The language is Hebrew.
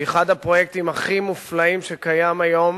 שהיא אחד הפרויקטים הכי מופלאים שקיים היום,